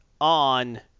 on